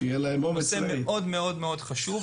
זה מאוד חשוב.